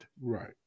Right